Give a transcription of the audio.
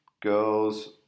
Girls